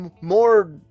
more